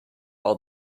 all